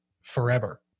forever